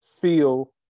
feel